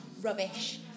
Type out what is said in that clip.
rubbish